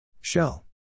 Shell